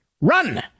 Run